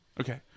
Okay